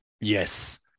Yes